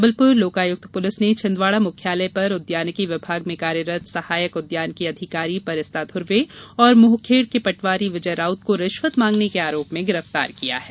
Jabalpur Lokayukta police ने छिंदवाड़ा मुख्यालय पर उद्यानिकी विभाग में कार्यरत सहायक उद्यानिकी अधिकारी परिस्ता धूर्वे और मोहखेड़ के पटवारी विजय राउत को रिश्वत मांगने के आरोप में गिरफ्तार किया है